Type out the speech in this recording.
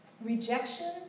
rejection